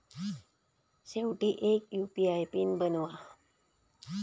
शेवटी एक UPI pin बनवा